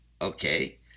Okay